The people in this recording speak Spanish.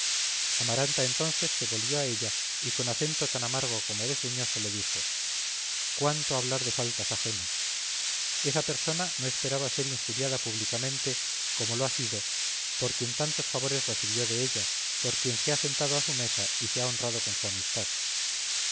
amaranta entonces se volvió a ella y con acento tan amargo como desdeñoso le dijo cuánto hablar de faltas ajenas esa persona no esperaba ser injuriada públicamente como lo ha sido por quien tantos favores recibió de ella por quien se ha sentado a su mesa y se ha honrado con su amistad